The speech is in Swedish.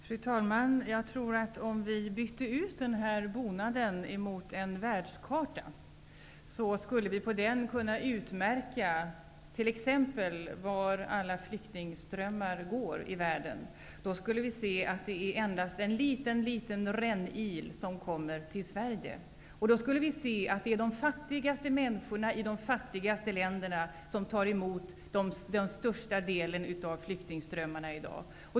Fru talman! Jag tror att om vi bytte ut bonaden mot en världskarta skulle vi på den kunna utmärka t.ex. var alla flyktingströmmar i världen går. Då skulle vi se att det endast är en liten, liten rännil som kommer till Sverige. Då skulle vi se att det är de fattigaste människorna i de fattigaste länderna som tar emot den största delen av flyktingströmmarna i dag.